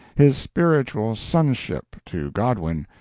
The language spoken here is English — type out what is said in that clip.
his spiritual sonship to godwin,